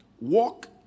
Walk